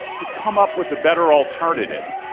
to come up with a better alternative.